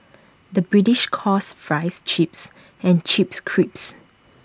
the British calls Fries Chips and Chips Crisps